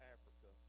Africa